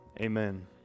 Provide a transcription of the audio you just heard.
amen